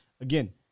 Again